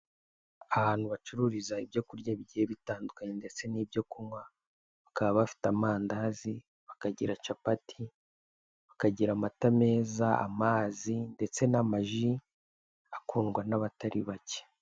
Ahantu bacururiza ibyo kurya bigiye bitandukanye ndetse n'ibyo kunywa, bakaba bafite amandazi, bakagira capati, bakagira amata meza, amazi ndetse n'amaji akundwa n'abatari bake.